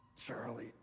Charlie